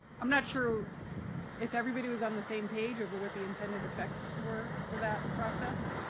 i'm not sure if everybody was on the same page over what the intended effects were for that process,